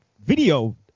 video